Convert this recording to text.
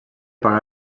pagar